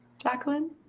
Jacqueline